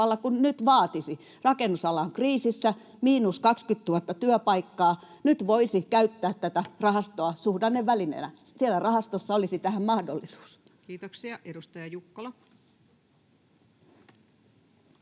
kuin nyt vaatisi. Rakennusala on kriisissä, miinus 20 000 työpaikkaa. Nyt voisi käyttää tätä rahastoa suhdannevälineenä. Siellä rahastossa olisi tähän mahdollisuus. [Speech 264] Speaker: